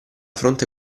fronte